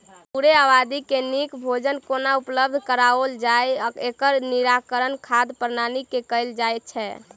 पूरे आबादी के नीक भोजन कोना उपलब्ध कराओल जाय, एकर निराकरण खाद्य प्रणाली मे कयल जाइत छै